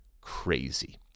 crazy